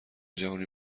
جهانی